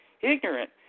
ignorant